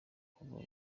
kuva